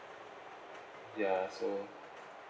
ya so